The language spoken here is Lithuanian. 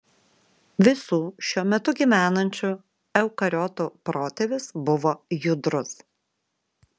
visų šiuo metu gyvenančių eukariotų protėvis buvo judrus